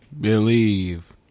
believe